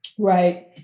Right